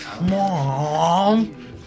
Mom